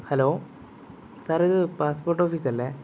hello സാറിത് passport ഓഫീസല്ലേ